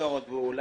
וזאת